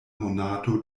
monato